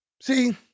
See